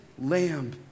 lamb